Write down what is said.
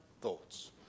thoughts